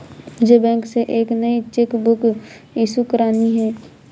मुझे बैंक से एक नई चेक बुक इशू करानी है